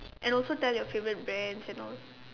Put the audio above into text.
and also tell your favourite brands and all